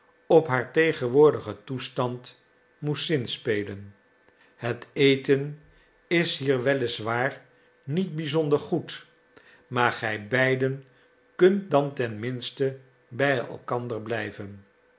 op haar tegenwoordigen toestand moest zinspelen het eten is hier wel is waar niet bizonder goed maar gij beiden kunt dan ten minste hij elkander blijven